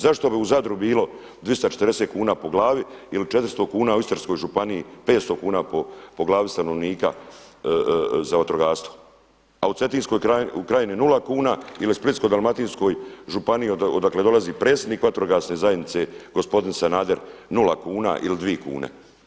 Zašto bi u Zadru bilo 240 kuna po glavi ili 400 kuna u Istarskoj županiji 500 kuna po glavi stanovnika za vatrogastvo, a u cetinskoj krajini nula kuna ili Splitsko-dalmatinskoj županiji odakle dolazi predsjednik vatrogasne zajednice, gospodin Sanader nula kuna ili dvije kune.